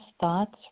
thoughts